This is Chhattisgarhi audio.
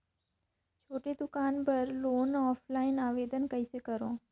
छोटे दुकान बर लोन ऑफलाइन आवेदन कइसे करो?